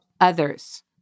others